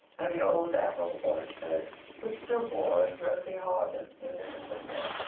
and the old apple orchard which still bore its rosy harvests munificently.